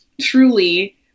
truly